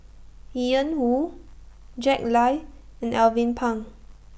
Ian Woo Jack Lai and Alvin Pang